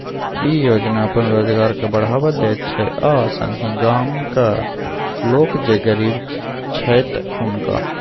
ई योजना अपन रोजगार के बढ़ावा दैत छै आ संगहि गामक लोक जे गरीब छैथ हुनका